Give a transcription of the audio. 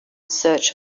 search